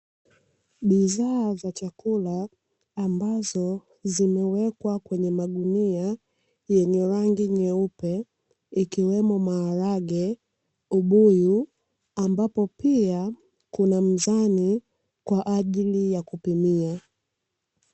Bidhaa za chakula ambazo zimewekwa kwenye magunia, yenye rangi nyeupe ikiwemo maarage, ubuyu ambapo pia kuna mzani kwaajili ya kupimia.